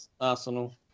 Arsenal